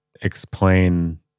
explain